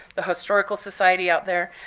the historical society out there,